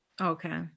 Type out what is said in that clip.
Okay